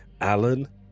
alan